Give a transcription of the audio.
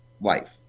life